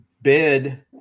Bid